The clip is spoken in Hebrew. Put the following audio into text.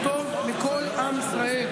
הוא טוב לכל עם ישראל.